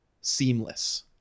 seamless